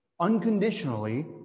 Unconditionally